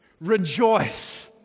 Rejoice